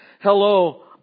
Hello